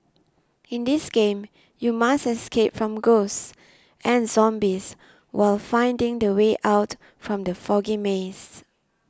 in this game you must escape from ghosts and zombies while finding the way out from the foggy maze